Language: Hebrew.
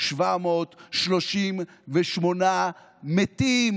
4,738 מתים,